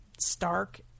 stark